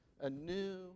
anew